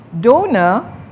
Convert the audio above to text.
Donor